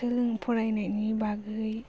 फरायनायनि बागै